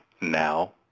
now